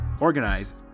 organize